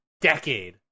decade